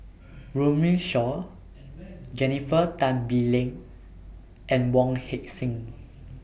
Runme Shaw Jennifer Tan Bee Leng and Wong Heck Sing